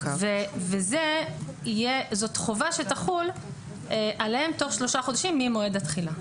וזאת חובה שתחול עליהם תוך שלושה חודשים ממועד התחילה.